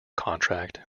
contract